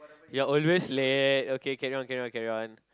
you're always late okay carry on carry on carry on